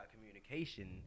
communication